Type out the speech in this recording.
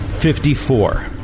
Fifty-four